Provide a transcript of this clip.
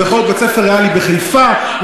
הוא יכול להיות בית-הספר "הריאלי" בחיפה.